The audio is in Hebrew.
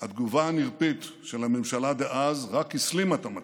התגובה הנרפית של הממשלה דאז רק הסלימה את המצב.